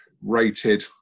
rated